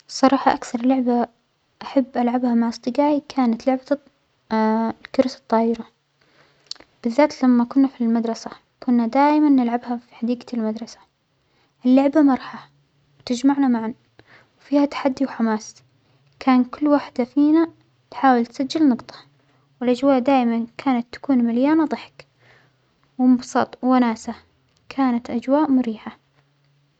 الصراحة أكثر لعبة أحب ألعبها مع أصدقاتى كانت لعبة الكراسي الطائرة، بالذات لما كنا في المدرسة كنا دايما نلعبها في حديقة المدرسة، اللعبة مرحة تجمعنا معا وفيها تحدى وحماس، كان كل واحدة فينا تحاول تسجل نجطة، والأجواء دايما كانت تكون مليانة ظحك وانبساط ووناسة، كانت أجواء مريحة.